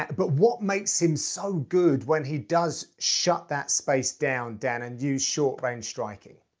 but what makes him so good when he does shut that space down, dan, and use short range striking?